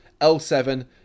L7